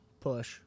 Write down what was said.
push